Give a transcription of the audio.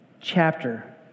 chapter